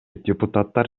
депутаттар